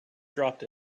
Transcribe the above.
dropped